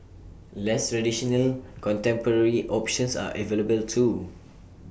less traditional contemporary options are available too